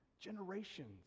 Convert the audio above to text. generations